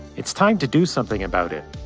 it's time to do something about it.